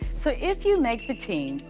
so if you make the team,